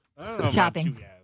shopping